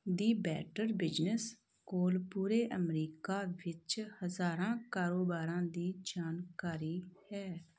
ਦੀ better business ਕੋਲ ਪੂਰੇ America ਵਿੱਚ ਹਜ਼ਾਰਾਂ ਕਾਰੋਬਾਰਾਂ ਦੀ ਜਾਣਕਾਰੀ ਹੈ